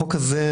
החוק הזה,